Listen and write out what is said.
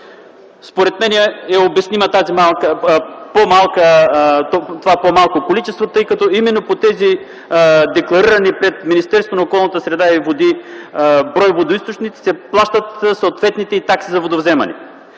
Според мен, това по-малко количество е обяснимо, тъй като именно по тези декларирани пред Министерството на околната среда и водите брой водоизточници се плащат и съответните такси за водовземане.